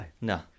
No